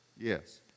Yes